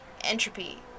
Entropy